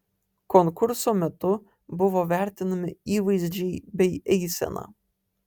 konkurso metu buvo vertinami įvaizdžiai bei eisena